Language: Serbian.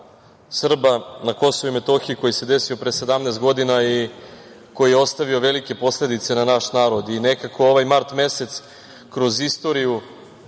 na Kosovu i Metohiji, koji se desio pre 17 godina i koji je ostavio velike posledice na naš narod. Nekako ovaj mart mesec kroz istoriju